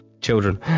Children